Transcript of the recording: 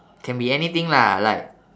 can be anything lah like